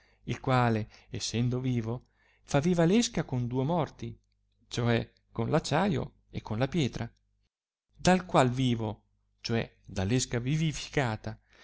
il quale essendo vivo fa viva l'esca con duo morti cioè con acciaio e con la pietra dal qual vivo cioè dall esca vivificata